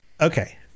Okay